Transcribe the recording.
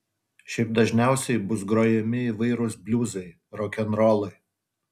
šiaip dažniausiai bus grojami įvairūs bliuzai rokenrolai